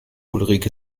ulrike